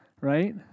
right